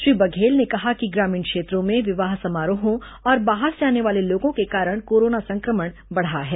श्री बघेल ने कहा कि ग्रामीण क्षेत्रों में विवाह समारोहों और बाहर से आने वाले लोगों के कारण कोरोना संक्रमण बढ़ा है